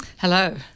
Hello